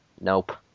Nope